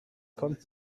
kommt